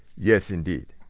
yes, indeed.